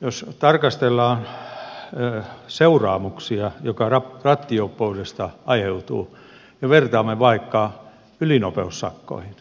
jos tarkastellaan seuraamuksia jotka rattijuoppoudesta aiheutuvat ja verrataan niitä vaikka sakkoihin